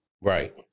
Right